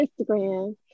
Instagram